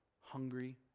hungry